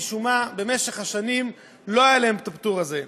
משום מה במשך השנים לא היה להם את הפטור הזה.